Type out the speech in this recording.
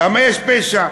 למה יש פשע?